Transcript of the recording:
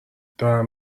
دارم